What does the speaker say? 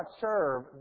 serve